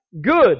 good